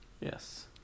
yes